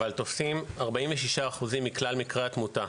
אבל תופסים 46% מכלל מקרי התמותה